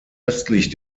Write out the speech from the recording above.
östlich